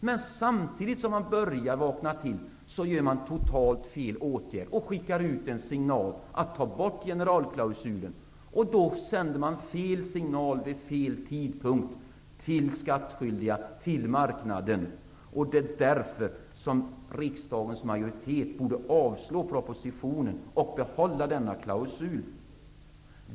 Men samtidigt vidtar man totalt fel åtgärd när man tar bort generalklausulen. Man skickar fel signal vid fel tidpunkt till de skattskyldiga, till marknaden. Det är därför riksdagens majoritet borde avslå propositionen och behålla denna klausul.